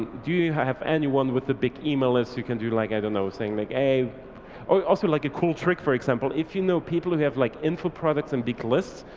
do you have anyone with the big email lists who can do like i don't know saying like, also like a cool trick for example. if you know people who have like info products and big lists,